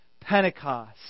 Pentecost